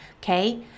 Okay